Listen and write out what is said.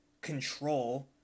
control